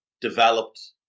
developed